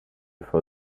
for